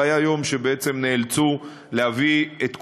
והיה יום שנאלצו להביא את כולם,